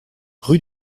rue